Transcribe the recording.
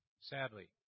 Sadly